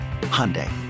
Hyundai